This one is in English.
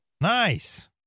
Nice